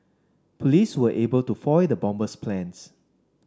police were able to foil the bomber's plans